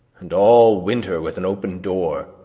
and all winter with an open door,